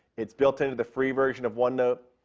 it's built into the free version of onenote,